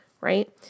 right